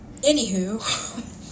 anywho